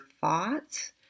thoughts